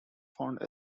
found